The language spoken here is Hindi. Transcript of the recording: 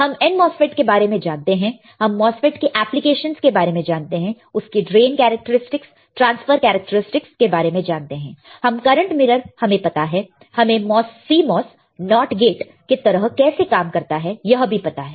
हम n MOSFET के बारे में जानते हैं हम MOSFET के एप्लीकेशन के बारे में जानते हैं उसके ड्रेन कैरेक्टरस्टिक्स ट्रांसफर कैरेक्टरस्टिक्स के बारे में जानते हैं हमें करंट मिरर पता है हमें CMOS नॉट गेट के तरह कैसे काम करता है यह भी पता है